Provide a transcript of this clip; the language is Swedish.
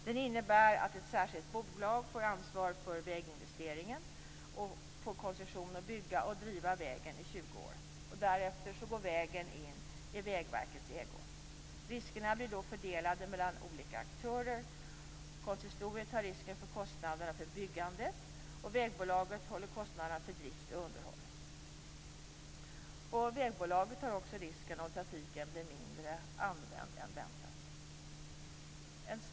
Den innebär att ett särskilt bolag får ansvar för väginvesteringen och får koncession att bygga och driva vägen i 20 år. Därefter går vägen in i Vägverkets ägo. Riskerna blir då fördelade mellan olika aktörer. Konsistoriet tar risken för kostnaderna för byggandet, och vägbolaget håller kostnaderna för drift och underhåll. Vägbolaget tar också risken om trafiken blir mindre än väntat.